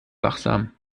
wachsam